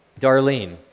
Darlene